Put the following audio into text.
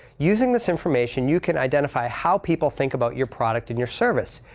using this information you can identify how people think about your product and your service.